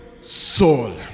soul